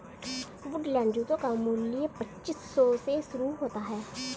Woodland जूतों का मूल्य पच्चीस सौ से शुरू होता है